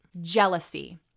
jealousy